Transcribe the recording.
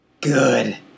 Good